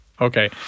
Okay